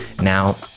Now